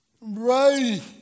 right